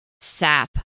sap